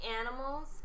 animals